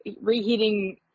reheating